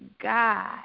God